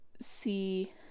see